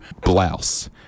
blouse